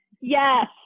yes